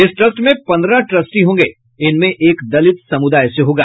इस ट्रस्ट में पन्द्रह ट्रस्टी होंगे इनमें एक दलित समुदाय से होगा